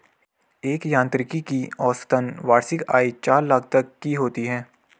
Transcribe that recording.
एक यांत्रिकी की औसतन वार्षिक आय चार लाख तक की होती है